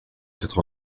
quatre